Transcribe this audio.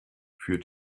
für